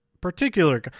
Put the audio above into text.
particular